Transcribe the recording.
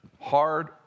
hard